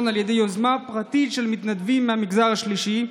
על ידי יוזמה פרטית של מתנדבים מהמגזר השלישי.